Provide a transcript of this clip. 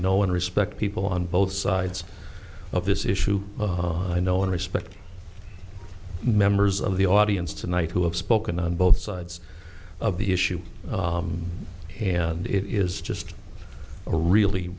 know and respect people on both sides of this issue i know and respect members of the audience tonight who have spoken on both sides of the issue and it is just a really